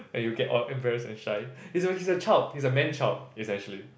and he'll get all embarrassed and shy he's a he's a child he's a man child is actually